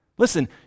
Listen